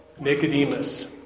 Nicodemus